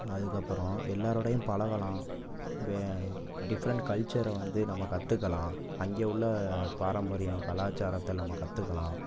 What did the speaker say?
அதுக்கப்புறம் எல்லாரோடையும் பழகலாம் டிஃப்ரெண்ட் கல்ச்சரை வந்து நம்ம கற்றுக்கலாம் அங்கே உள்ள பாரம்பரியம் கலாச்சாரத்தை நம்ம கற்றுக்கலாம்